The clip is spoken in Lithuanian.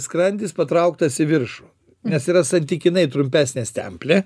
skrandis patrauktas į viršų nes yra santykinai trumpesnė stemplė